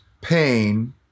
pain